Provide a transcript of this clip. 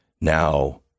Now